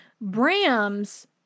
Bram's